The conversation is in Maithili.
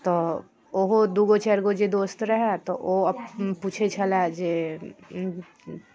तऽ ओहो दू गो चारि गो जे दोस्त रहए तऽ ओ पूछै छलय जे